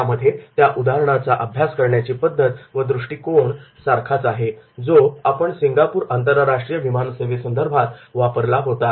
यामध्ये या उदाहरणाचा अभ्यास करण्याची पद्धत व दृष्टिकोण सारखाच आहे जो आपण सिंगापूर आंतरराष्ट्रीय विमान सेवेसंदर्भात वापरला होता